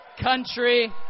country